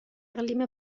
اقلیم